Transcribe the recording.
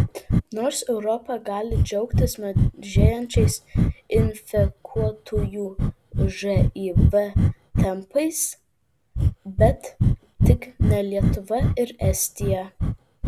nors europa gali džiaugtis mažėjančiais infekuotųjų živ tempais bet tik ne lietuva ir estija